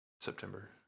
September